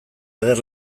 ager